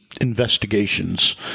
investigations